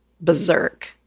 berserk